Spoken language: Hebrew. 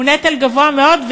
הוא נטל גבוה מאוד,